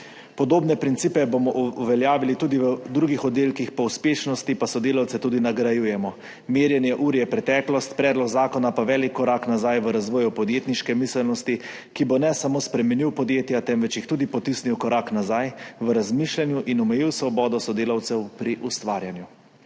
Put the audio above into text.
Podobne principe bomo uveljavili tudi v drugih oddelkih, po uspešnosti pa sodelavce tudi nagrajujemo. Merjenje ur je preteklost, predlog zakona pa velik korak nazaj v razvoju podjetniške miselnosti, ki bo ne samo obremenil podjetja, temveč jih tudi potisnil korak nazaj v razmišljanju in omejil svobodo sodelavcev pri ustvarjanju«.